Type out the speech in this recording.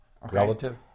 Relative